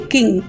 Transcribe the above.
King